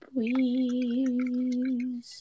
please